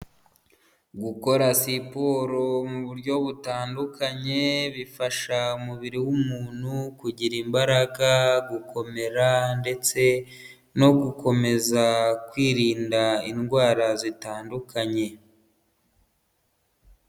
Gukora sisiporo mu buryo butandukanye bifasha umubiri w'umuntu kugira imbaraga, gukomera ndetse no gukomeza kwirinda indwara zitandukanye.